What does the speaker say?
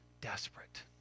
desperate